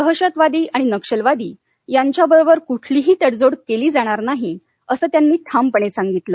दहशतवादी आणि नक्षलवादी यांच्या बरोबर कुठलीही तडजोड केली जाणार नाही त्यांनी ठामपणे सांगितलं